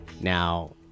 now